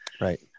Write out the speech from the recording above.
Right